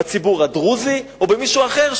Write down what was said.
בציבור הדרוזי או במישהו אחר,